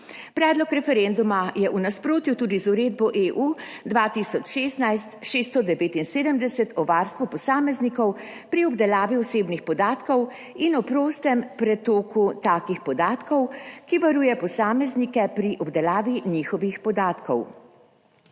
Predlog referenduma je v nasprotju tudi z uredbo EU 2016/679 o varstvu posameznikov pri obdelavi osebnih podatkov in o prostem pretoku takih podatkov, ki varuje posameznike pri obdelavi njihovih podatkov.